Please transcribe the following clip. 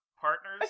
partners